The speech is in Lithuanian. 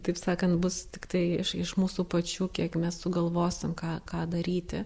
taip sakant bus tiktai iš mūsų pačių kiek mes sugalvosim ką ką daryti